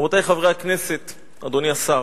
רבותי חברי הכנסת, אדוני השר,